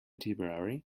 tipperary